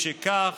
משכך,